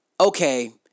okay